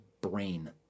brain